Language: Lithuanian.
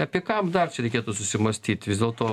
apie ką dar čia reikėtų susimąstyt vis dėlto